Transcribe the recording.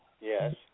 Yes